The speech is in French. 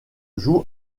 joue